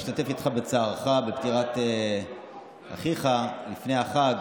להשתתף איתך בצערך בפטירת אחיך לפני החג.